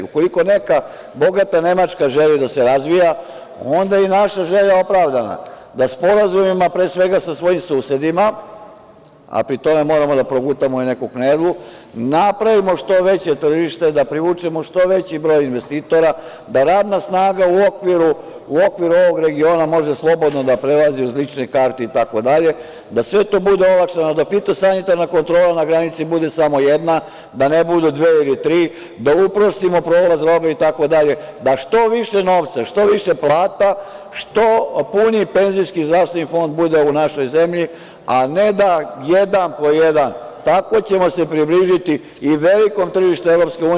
Ukoliko neka bogata Nemačka želi da se razvija, onda je i naša želja opravdana, da sporazumima, pre svega sa svojim susedima, a pri tome moramo da progutamo i neku knedlu, napravimo što veće tržište, da privučemo što veći broj investitora, da radna snaga u okviru ovog regiona može slobodno da prelazi iz lične karte itd, da sve to bude olakšano, da fitosanitarna kontrola na granici bude samo jedna, da ne budu dve ili tri, da uprostimo prolaz robe itd, da što više novca, što više plata, što puniji penzijski i zdravstveni fond bude u našoj zemlji, a ne da jedan po jedan, tako ćemo se približiti i velikom tržištu EU.